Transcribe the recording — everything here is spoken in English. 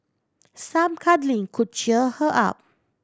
some cuddling could cheer her up